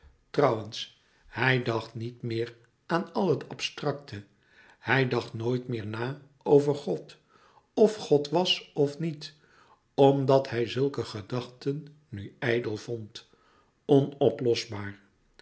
trouwens hij dacht niet meer aan al het abstracte hij dacht nooit meer na over god of god was of niet omdat hij zulke gedachten nu ijdel vond onoplosbaar